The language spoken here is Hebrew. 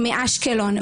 מאשקלון,